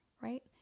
right